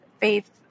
faith